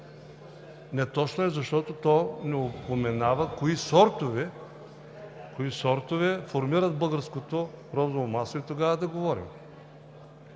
Неточно е, защото то не упоменава кои сортове формират българското розово масло и тогава да говорим.